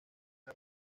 una